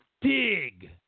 dig